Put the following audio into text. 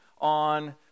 on